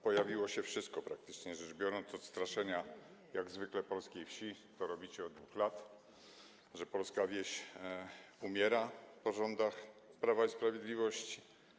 Pojawiło się wszystko, praktycznie rzecz biorąc, od straszenia, jak zwykle, polskiej wsi - to robicie od 2 lat - że polska wieś umiera po rządach Prawa i Sprawiedliwości.